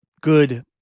good